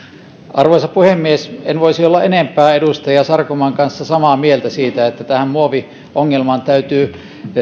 arvoisa puhemies en voisi olla enempää edustaja sarkomaan kanssa samaa mieltä siitä että tähän muoviongelmaan täytyy